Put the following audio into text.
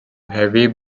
heavy